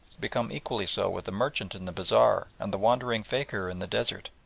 become equally so with the merchant in the bazaar and the wandering fakir in the desert.